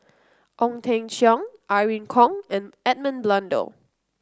Ong Teng Cheong Irene Khong and Edmund Blundell